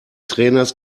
trainers